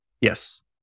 Yes